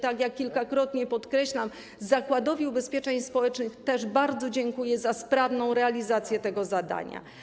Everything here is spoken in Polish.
Tak jak kilkakrotnie podkreślałam, Zakładowi Ubezpieczeń Społecznych też bardzo dziękuję za sprawną realizację tego zadania.